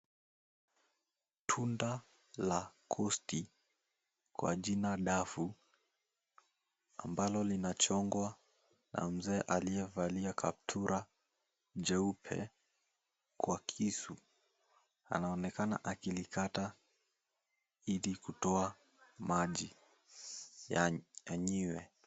Tunda la kosti kwa jina dafu ambalo linachongwa na mzee aliyevaa kaptura jeupe kwa kisu. Anaonekana akilikata ili kutoa maji ya anyiwe.